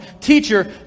teacher